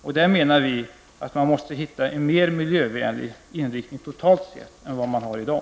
Vi menar att man måste söka en mer miljövänlig inriktning totalt sett än vad man har i dag.